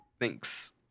Thanks